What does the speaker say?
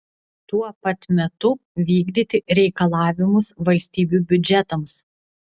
tuo pat metu vykdyti reikalavimus valstybių biudžetams